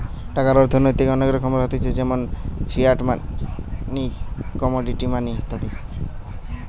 টাকার অর্থনৈতিক অনেক রকমের হতিছে যেমন ফিয়াট মানি, কমোডিটি মানি ইত্যাদি